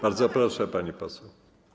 Bardzo proszę, pani poseł.